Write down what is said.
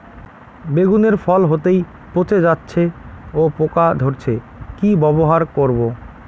বেগুনের ফল হতেই পচে যাচ্ছে ও পোকা ধরছে কি ব্যবহার করব?